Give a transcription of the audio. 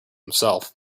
himself